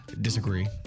Disagree